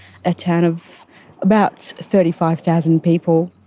a town of about thirty five thousand people.